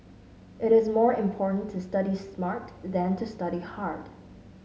it is more important to study smart than to study hard